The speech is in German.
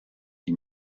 die